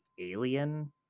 alien